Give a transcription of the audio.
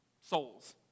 Souls